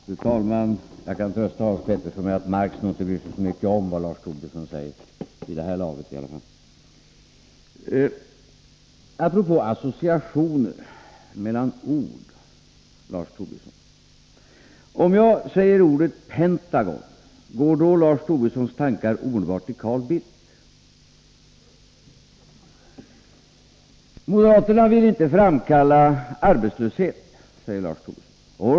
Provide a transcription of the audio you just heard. Fru talman! Jag kan trösta Hans Petersson i Hallstahammar med att Marx nog inte bryr sig så mycket om vad Lars Tobisson säger vid det här laget. Apropå associationer mellan ord, Lars Tobisson: Om jag nämner ordet Pentagon, går då Lars Tobissons tankar omedelbart till Carl Bildt? Moderaterna vill inte framkalla arbetslöshet, säger Lars Tobisson.